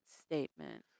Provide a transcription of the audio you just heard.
statement